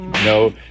No